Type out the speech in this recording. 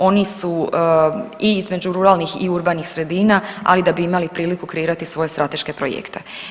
Oni su i između ruralnih i urbanih sredina, ali da bi imali priliku kreirati svoje strateške projekte.